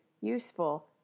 useful